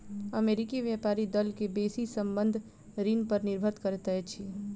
अमेरिकी व्यापारी दल के बेसी संबंद्ध ऋण पर निर्भर करैत अछि